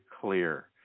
clear